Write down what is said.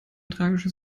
tragisches